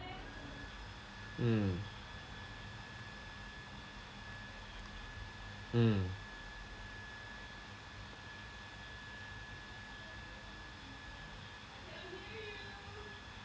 mm mm